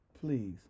please